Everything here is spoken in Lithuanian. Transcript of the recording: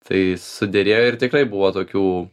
tai suderėjo ir tikrai buvo tokių